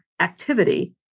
activity